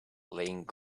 laying